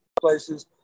places